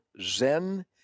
zen